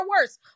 worse